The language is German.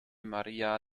maria